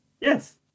Yes